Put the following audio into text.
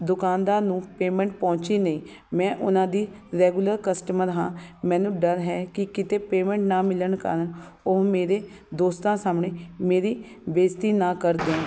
ਦੁਕਾਨਦਾਰ ਨੂੰ ਪੇਮੈਂਟ ਪਹੁੰਚੀ ਨਹੀਂ ਮੈਂ ਉਹਨਾਂ ਦੀ ਰੈਗੂਲਰ ਕਸਟਮਰ ਹਾਂ ਮੈਨੂੰ ਡਰ ਹੈ ਕਿ ਕਿਤੇ ਪੇਮੈਂਟ ਨਾ ਮਿਲਣ ਕਾਰਨ ਉਹ ਮੇਰੇ ਦੋਸਤਾਂ ਸਾਹਮਣੇ ਮੇਰੀ ਬੇਇੱਜ਼ਤੀ ਨਾ ਕਰ ਦੇਣ